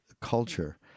culture